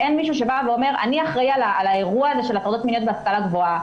אין מישהו שאומר: אני אחראי על ההטרדות המיניות בהשכלה הגבוהה.